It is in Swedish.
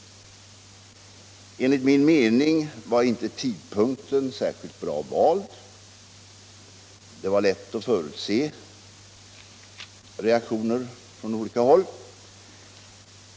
Enligt min mening var dock inte tidpunkten särskilt bra vald. Det var lätt att förutse reaktioner från olika håll.